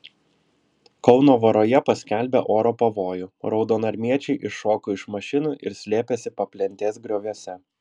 kauno voroje paskelbė oro pavojų raudonarmiečiai iššoko iš mašinų ir slėpėsi paplentės grioviuose